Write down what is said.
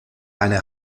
eine